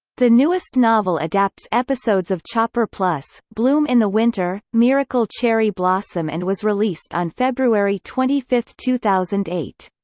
the newest novel adapts episodes of chopper plus bloom in the winter, miracle cherry blossom and was released on february twenty five, two thousand and eight.